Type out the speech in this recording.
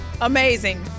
amazing